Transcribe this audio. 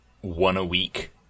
one-a-week